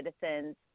citizens